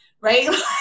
Right